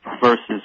versus